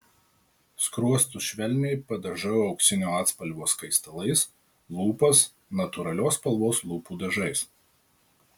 skruostus švelniai padažau auksinio atspalvio skaistalais lūpas natūralios spalvos lūpų dažais